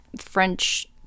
French